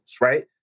right